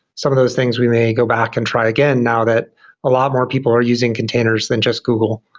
some of those things we may go back and try again, now that a lot of more people are using containers than just google.